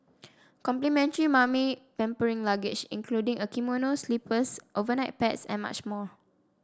complimentary 'mummy pampering luggage' including a kimono slippers overnight pads and much more